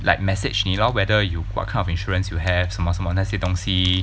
like message 你 lor whether you what kind of insurance you have 什么什么那些东西